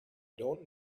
don’t